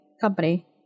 company